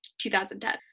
2010